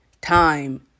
time